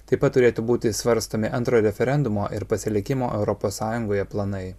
taip pat turėtų būti svarstomi antrojo referendumo ir pasilikimo europos sąjungoje planai